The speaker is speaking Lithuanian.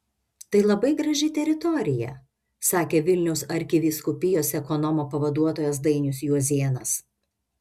tai labai graži teritorija sakė vilniaus arkivyskupijos ekonomo pavaduotojas dainius juozėnas